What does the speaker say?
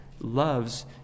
loves